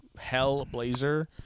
Hellblazer